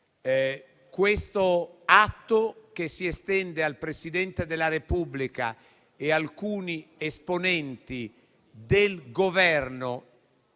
Questo atto che si estende al Presidente della Repubblica e ad alcuni esponenti del Governo